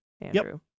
Andrew